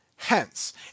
hence